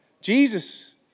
Jesus